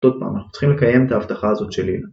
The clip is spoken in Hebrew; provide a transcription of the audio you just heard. עוד פעם אנחנו צריכים לקיים את ההבטחה הזאת שלי